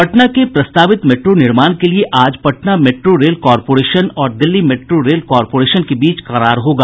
पटना के प्रस्तावित मेट्रो निर्माण के लिए आज पटना मेट्रो रेल कॉरपोरेशन और दिल्ली मेट्रो रेल कॉरपोरेशन के बीच करार होगा